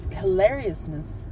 hilariousness